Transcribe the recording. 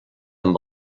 amb